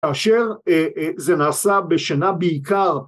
‫כאשר זה נעשה בשנה בעיקר...